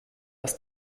aus